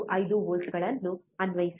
5 ವೋಲ್ಟ್ಗಳನ್ನು ಅನ್ವಯಿಸಿ